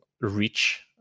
reach